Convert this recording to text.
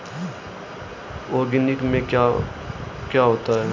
Organic में क्या क्या आता है?